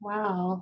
Wow